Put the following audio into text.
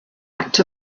act